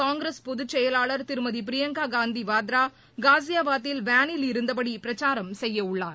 காங்கிரஸ் பொதுச்செயலாளர் திருமதி பிரியங்கா காந்தி வாத்ரா காஸியாபாத்தில் வேளில் இருந்தபடி பிரச்சாரம் செய்யவுள்ளார்